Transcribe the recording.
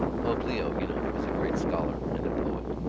pope leo, you know, was a great scholar and a poet.